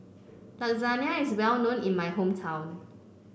Lasagna is well known in my hometown